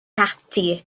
ati